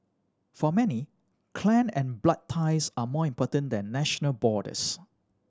for many clan and blood ties are more important than national borders